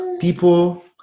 People